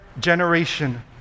generation